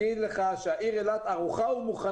וזה גם דומה וגם